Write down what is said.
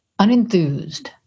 Unenthused